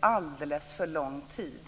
alldeles för lång tid.